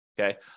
Okay